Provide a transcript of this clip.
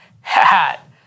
hat